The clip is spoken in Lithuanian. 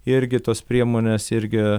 irgi tos priemonės irgi